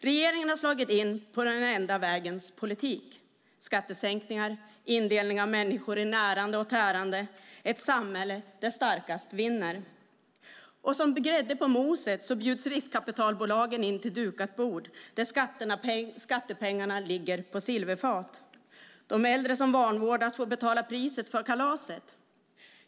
Regeringen har slagit in på den enda vägens politik: skattesänkningar, indelning av människor i närande och tärande, ett samhälle där starkast vinner. Och som grädde på moset bjuds riskkapitalbolagen in till dukat bord, där skattepengarna ligger på silverfat. De äldre som vanvårdas får betala priset för kalaset.